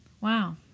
Wow